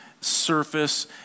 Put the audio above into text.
surface